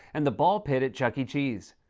and the ball pit at chuck e. cheese.